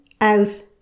out